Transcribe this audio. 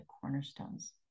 cornerstones